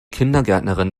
kindergärtnerin